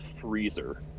freezer